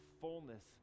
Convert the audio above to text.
fullness